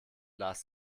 lars